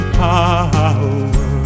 power